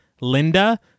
Linda